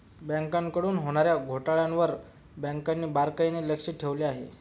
बँकांकडून होणार्या घोटाळ्यांवर बँकांनी बारकाईने लक्ष ठेवले आहे